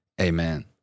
amen